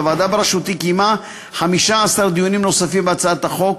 והוועדה בראשותי קיימה 15 דיונים בהצעת החוק,